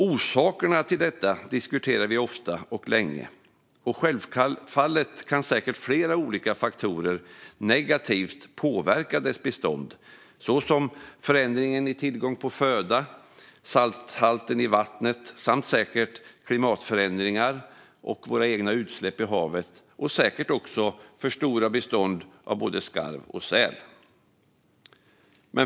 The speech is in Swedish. Orsakerna till detta diskuterar vi ofta och länge, och självfallet kan säkert flera olika faktorer negativt påverka beståndet. Det kan gälla förändringen i tillgång på föda, salthalten i vattnet samt klimatförändringar och våra egna utsläpp i havet. Det gäller säkert också för stora bestånd av både skarv och säl.